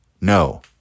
no